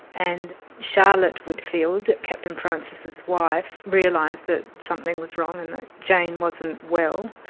and charlotte whitfield, captain francis's wife, realised that something was wrong and that jane wasn't well,